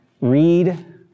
read